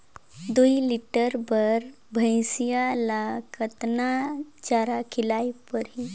दुई लीटर बार भइंसिया ला कतना चारा खिलाय परही?